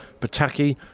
Pataki